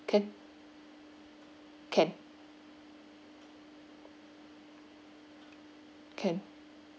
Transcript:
can can can